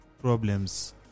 problems